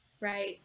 Right